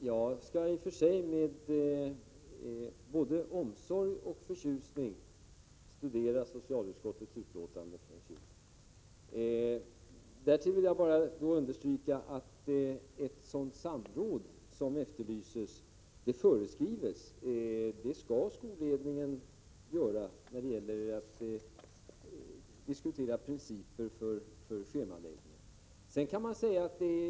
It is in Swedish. Fru talman! Jag skall med både omsorg och förtjusning studera socialutskottets betänkande från förra året. Därtill vill jag bara understryka att ett sådant samråd som Daniel Tarschys efterlyser är föreskrivet. Skolledningen skall ha ett samråd för att diskutera principer för schemaläggningen.